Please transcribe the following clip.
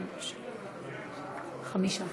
שקר וכזב.